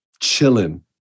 chilling